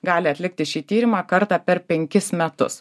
gali atlikti šį tyrimą kartą per penkis metus